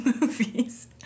movies